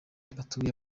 batuyemo